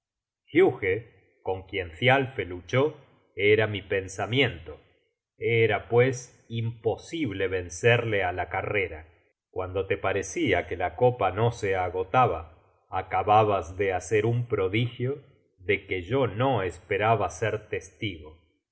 huge con quien thialfe luchó era mi pensamiento era pues imposible vencerle á la carrera cuando te parecia que la copa no se agotaba acababas de hacer un prodigio de que yo no esperaba ser testigo